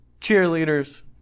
cheerleaders